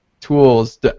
tools